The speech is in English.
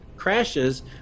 crashes